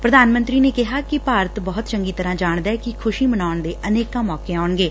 ਪੁਧਾਨ ਮੰਤਰੀ ਨੇ ਕਿਹੈ ਕਿ ਭਾਰਤ ਬਹੁਤ ਚੰਗੀ ਤਰੁਾ ਜਾਣਦੈ ਕਿ ਖੁਸ਼ੀ ਮਨਾਉਣ ਦੇ ਅਨੇਕਾ ਮੌਕੇ ਆਉਣਗੇ